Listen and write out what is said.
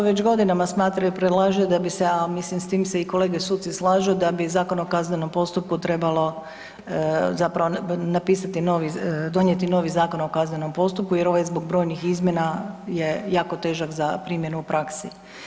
DORH već godinama smatra i predlaže da bi se, a mislim s tim se i kolege suci slažu da bi Zakon o kaznenom postupku trebalo zapravo, napisati novi, donijeti novi Zakon o kaznenom postupku jer ovaj zbog brojnih izmjena je jako težak za primjenu u praksi.